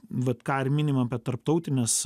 vat ką ir minim apie tarptautines